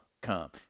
come